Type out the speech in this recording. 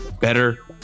better